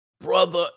brother